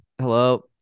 Hello